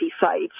sites